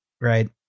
right